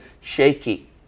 shaky